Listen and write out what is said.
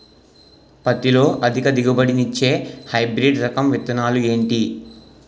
పత్తి లో అధిక దిగుబడి నిచ్చే హైబ్రిడ్ రకం విత్తనాలు ఏంటి